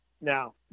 Now